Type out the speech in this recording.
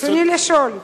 רצוני לשאול: